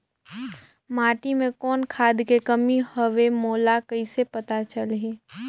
माटी मे कौन खाद के कमी हवे मोला कइसे पता चलही?